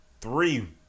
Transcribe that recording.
three